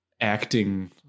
acting